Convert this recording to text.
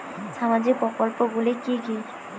সামাজিক প্রকল্প গুলি কি কি?